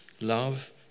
love